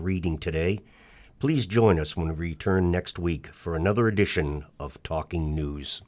reading today please join us when we return next week for another edition of talking news